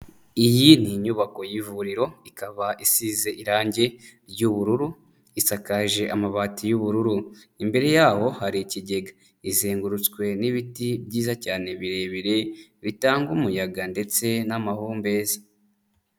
Iyi ni inyubako y'ivuriro ikaba isize irangi ry'ubururu, isakaje amabati y'ubururu, imbere yaho hari ikigega, izengurutswe n'ibiti byiza cyane birebire bitanga umuyaga ndetse n'amahumbe.